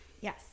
yes